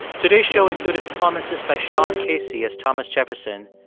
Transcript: today's show included performances by sean casey as thomas jefferson,